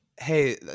hey